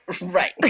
Right